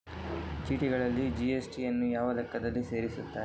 ಚೀಟಿಗಳಲ್ಲಿ ಜಿ.ಎಸ್.ಟಿ ಯನ್ನು ಯಾವ ಲೆಕ್ಕದಲ್ಲಿ ಸೇರಿಸುತ್ತಾರೆ?